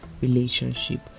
relationship